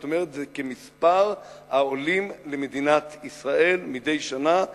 זאת אומרת, זה כמספר העולים למדינת ישראל מדי שנה.